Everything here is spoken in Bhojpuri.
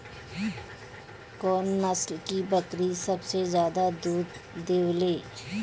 कौन नस्ल की बकरी सबसे ज्यादा दूध देवेले?